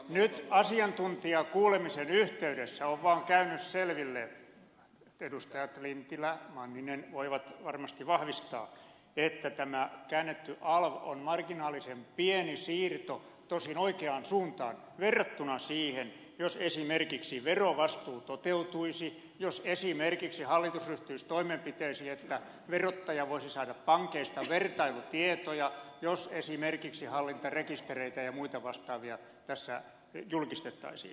nyt asiantuntijakuulemisen yhteydessä on vaan käynyt selville edustajat lintilä ja manninen voivat varmasti vahvistaa että tämä käännetty alv on marginaalisen pieni siirto tosin oikeaan suuntaan verrattuna siihen jos esimerkiksi verovastuu toteutuisi jos esimerkiksi hallitus ryhtyisi toimenpiteisiin että verottaja voisi saada pankeista vertailutietoja jos esimerkiksi hallintarekistereitä ja muita vastaavia tässä julkistettaisiin